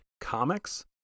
comics